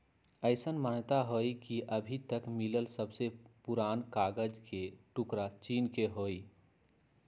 अईसन मानता हई कि अभी तक मिलल सबसे पुरान कागज के टुकरा चीन के हई